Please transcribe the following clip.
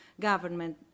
government